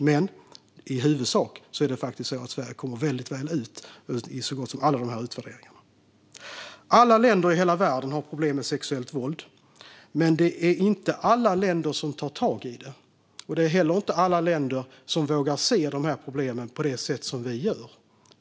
Men i huvudsak kommer Sverige faktiskt väldigt väl ut i så gott som alla utvärderingar. Alla länder i hela världen har problem med sexuellt våld, men det är inte alla länder som tar tag i det. Det är inte heller alla länder som vågar se problemen på det sätt som vi gör.